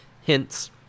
Hints